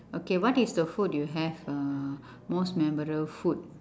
okay what is the food you have uh most memorable food